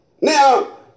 Now